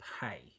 pay